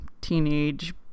teenage